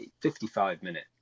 55-minute